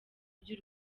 by’u